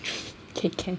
okay can